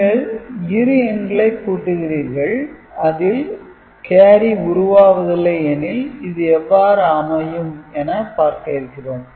நீங்கள் இரு எண்களை கூட்டுகிறீர்கள் அதில் கேரி உருவாவதில்லை எனில் இது எவ்வாறு அமையும் என பார்க்க இருக்கிறோம்